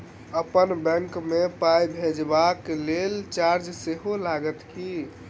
अप्पन बैंक मे पाई भेजबाक लेल चार्ज सेहो लागत की?